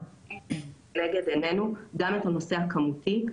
אנחנו רואים לנגד עינינו גם את הנושא הכמותי,